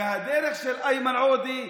והדרך של איימן עודה,